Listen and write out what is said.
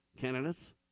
candidates